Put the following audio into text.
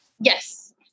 yes